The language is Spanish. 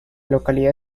localidad